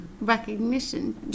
recognition